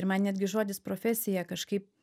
ir man netgi žodis profesija kažkaip